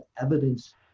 evidence